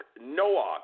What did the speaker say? Noah